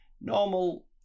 normal